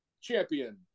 champion